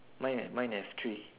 mine ha~ mine have three